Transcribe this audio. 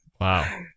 Wow